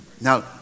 Now